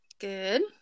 Good